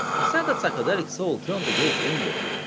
we said that psychedelic soul turned the gaze inward,